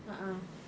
ah ah